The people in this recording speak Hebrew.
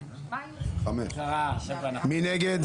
5. מי נגד?